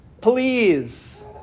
please